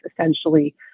essentially